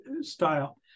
style